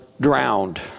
drowned